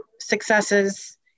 successes